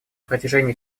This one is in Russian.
протяжении